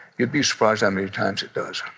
you'd be surprised how many times it does yeah.